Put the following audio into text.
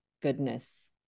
goodness